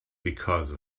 because